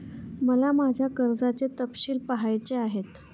मला माझ्या कर्जाचे तपशील पहायचे आहेत